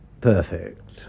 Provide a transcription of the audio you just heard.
Perfect